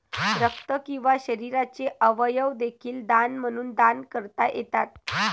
रक्त किंवा शरीराचे अवयव देखील दान म्हणून दान करता येतात